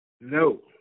No